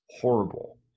horrible